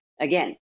again